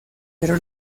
pero